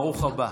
ברוך הבא.